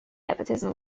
nepotism